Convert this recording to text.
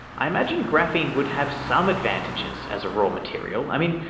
i imagine graphene would have some advantages as a raw material. i mean,